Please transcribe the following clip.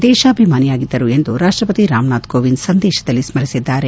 ದೇಶಾಭಿಮಾನಿಯಾಗಿದ್ದರು ಎಂದು ರಾಷ್ಷಪತಿ ರಾಮನಾಥ್ ಕೋವಿಂದ್ ಸಂದೇಶದಲ್ಲಿ ಸ್ಕರಿಸಿದ್ದಾರೆ